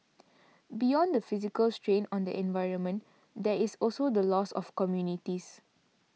beyond the physical strain on the environment there is also the loss of communities